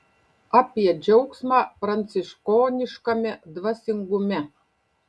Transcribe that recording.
apie džiaugsmą pranciškoniškame dvasingume